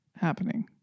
happening